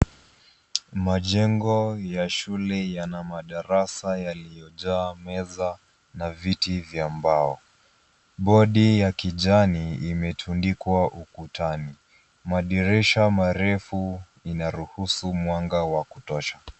Majengo ya shule yana madarasa yaliyojaa meza na viti vya mbao. Bodi ya kijani imetundikwa ukutani. Madirisha marefu inaruhusu mwanga wa kutosha.